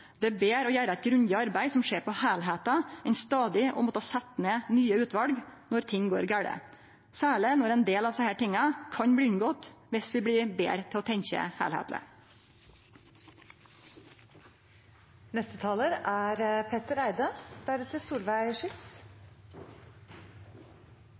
Det er betre å gjere eit grundig arbeid som ser på heilskapen, enn stadig å måtte setje ned nye utval når ting går gale, særleg når ein del av desse tinga kan bli unngått dersom vi blir betre til å tenkje